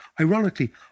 ironically